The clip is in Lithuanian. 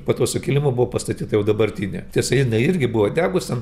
po to sukilimo buvo pastatyta jau dabartinė tiesa jinai irgi buvo degus ten